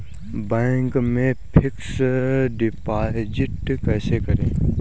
Bank में fix deposit कैसे करें?